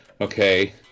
Okay